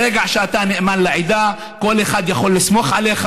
ברגע שאתה נאמן לעדה, כל אחד יכול לסמוך עליך.